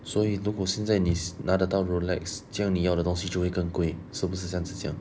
所以如果现在你拿得到 Rolex 这样你要的东西就会更贵是不是这样子讲